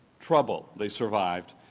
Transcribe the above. trouble they survived,